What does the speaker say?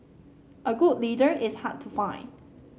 a good leader is hard to find